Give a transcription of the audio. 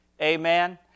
Amen